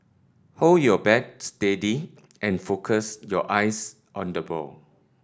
hold your bat steady and focus your eyes on the ball